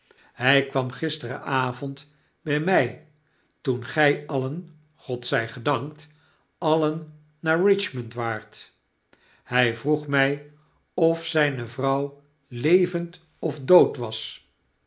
hij kwam gisterenavond bij mg toen gij alien god zij gedankt alien naar e i c hm o n d waart hij vroeg my of zyne vrouw levend of dood was